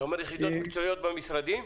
אתה מדבר על יחידות מקצועיות במשרדים?